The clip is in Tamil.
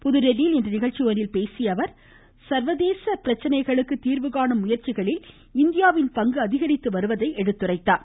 புதுதில்லியில் இன்று நிகழ்ச்சி ஒன்றில் பேசியஅவர் சர்வதேச பல்வேறு பிரச்சனைகளுக்கு தீர்வுகாணும் முயற்சிகளில் இந்தியாவின் பங்கு அதிகரித்து வருவதை சுட்டிக்காட்டினார்